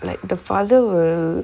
like the father will